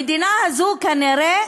המדינה הזו כנראה